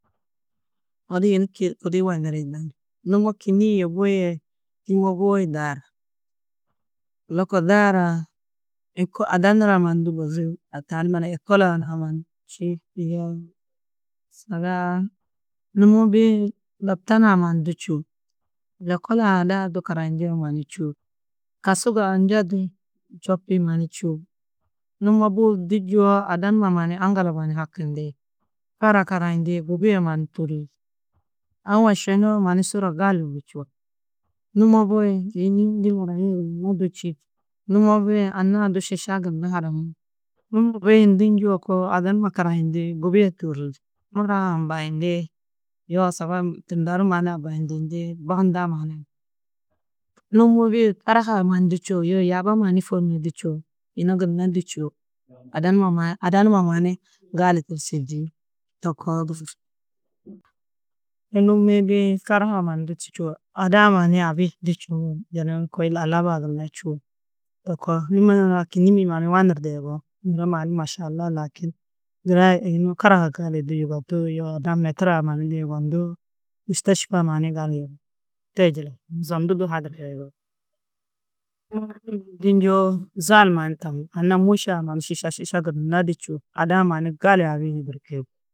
Odu yunu ki gudi weniri na. Numo kînnii yê bui-ĩ yê numo bui-ĩ daaru. Lôko daarã êko ada nurã mannu du buzi tani mannu êkol-ã ha mannu čî dige saga numo bui-ĩ, laptan-ã mannu du čûo. Lokol-ã ada-ã du karayindîa mannu čûo. Kasuga anjaa du čepĩ mannu čûo. Numo bui-ĩ du njûwo ada numa mannu aŋgala mannu hakindi. Kara karayindi gubia mannu tûrri, aũ wošinoo mannu sura gali di čûo. Numo bui-ĩ yîni ndî muro hi mundu čî. Numo bui-ĩ anna-ã du šiša gunna haranu. Numo bui-ĩ du njûo koo ada numa karayindi, gubia tûrri. Mura ambayindi yoo saga tunda du mannu ambandindi ba hundã mannu. Numo bui-ĩ karahaa mannu du čûo, yoo yaaba mannu fônne du čûo, yunu gunna du čûo. Ada numa mannu, ada numa mannu gali to koo. Numi-ĩ bui-ĩ karaha-ã mannu du čûo. Ada-ã mannu abi du čûo, kôi alaabaa gunna du čûo to koo. Numo nurã kînnimmi mannu wanurdo yugó. Muro mannu maša Allah lakîn karahaa kaa ni du yugondú yoo ada-ã metura-ã mannu yugondú, mîštešfa mannu gali têjila zondu du hadurdo yugó. Numo bui-ĩ du njûwo zal mannu taú. Anna môše-ã mannu šiša šiša gunna du čûo. Ada-ã mannu gali abi yodirki.